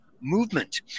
movement